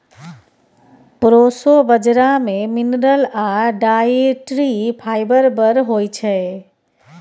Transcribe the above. proso बजरा मे mineral आ डाइटरी फाइबर बड़ होइ छै